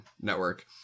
network